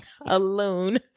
alone